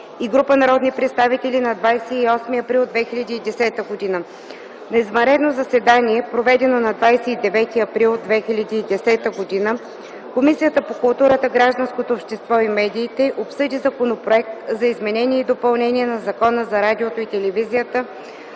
и група народни представители на 28 април 2010 г. На извънредно заседание, проведено на 29 април 2010 г., Комисията по културата, гражданското общество и медиите обсъди Законопроект за изменение и допълнение на Закона за радиото и телевизията,